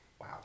Wow